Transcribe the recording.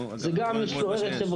זה גם חברתית,